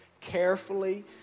carefully